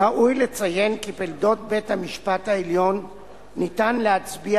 ראוי לציין כי בתולדות בית-המשפט העליון ניתן להצביע